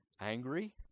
angry